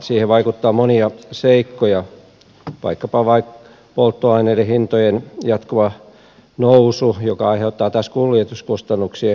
siihen vaikuttavat monet seikat vaikkapa polttoaineiden hintojen jatkuva nousu joka aiheuttaa taas kuljetuskustannuksien kohoamista